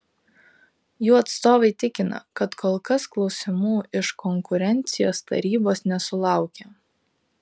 jų atstovai tikina kad kol kas klausimų iš konkurencijos tarybos nesulaukė